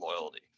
loyalty